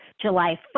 July